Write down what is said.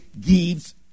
gives